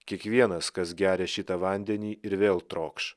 kiekvienas kas geria šitą vandenį ir vėl trokš